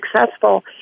successful